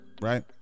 right